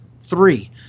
three